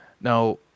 Now